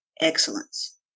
excellence